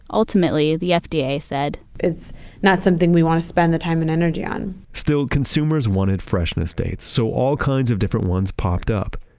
ultimately the fda yeah said it's not something we want to spend the time and energy on. still consumers wanted freshness dates, so all kinds of different ones popped up.